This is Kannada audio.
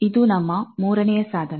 ಇದು ನಮ್ಮ ಮೂರನೇ ಸಾಧನ